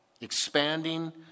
Expanding